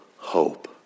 Hope